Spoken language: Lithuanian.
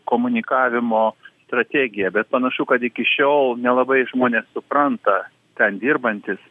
komunikavimo strategiją bet panašu kad iki šiol nelabai žmonės supranta ten dirbantys